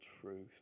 truth